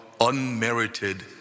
unmerited